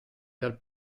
dal